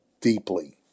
deeply